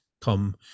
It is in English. come